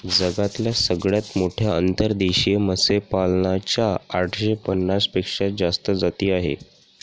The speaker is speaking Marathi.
जगातल्या सगळ्यात मोठ्या अंतर्देशीय मत्स्यपालना च्या आठशे पन्नास पेक्षा जास्त जाती आहे